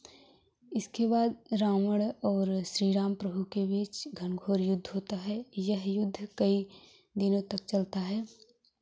इसके बाद रावण और श्री राम प्रभु के बीच घनघोर युद्ध होता है यह युद्ध कई दिनों तक चलता है